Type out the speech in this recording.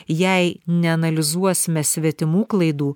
jei neanalizuosime svetimų klaidų